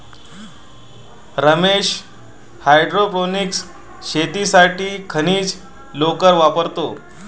Ramesh hydroponics शेतीसाठी खनिज लोकर वापरतो